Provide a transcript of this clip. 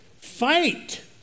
fight